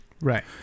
Right